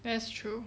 that's true